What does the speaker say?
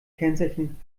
kennzeichen